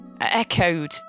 echoed